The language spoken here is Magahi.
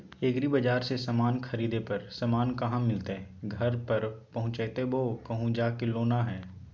एग्रीबाजार से समान खरीदे पर समान कहा मिलतैय घर पर पहुँचतई बोया कहु जा के लेना है?